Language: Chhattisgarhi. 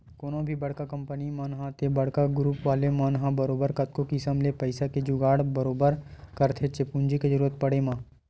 कोनो भी बड़का कंपनी मन ह ते बड़का गुरूप वाले मन ह बरोबर कतको किसम ले पइसा के जुगाड़ बरोबर करथेच्चे पूंजी के जरुरत पड़े म